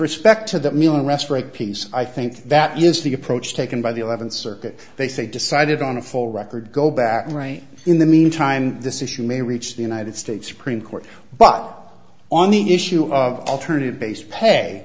respect to that miller resprayed piece i think that is the approach taken by the eleventh circuit they say decided on a full record go back right in the meantime this issue may reach the united states supreme court but on the issue of alternative based pay